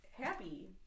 happy